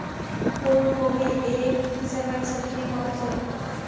फूल कोबी एक किस्मेर सब्जी ह छे